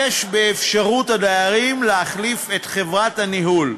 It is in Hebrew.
יש באפשרות הדיירים להחליף את חברת הניהול.